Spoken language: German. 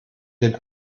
den